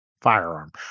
firearm